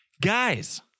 Guys